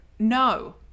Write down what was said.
No